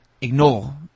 ignore